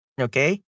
Okay